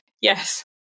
yes